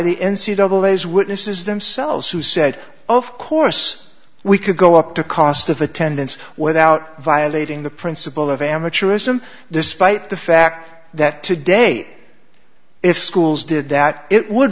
the n c double a's witnesses themselves who said of course we could go up the cost of attendance without violating the principle of amateurism despite the fact that today if schools did that it would